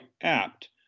apt